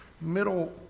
middle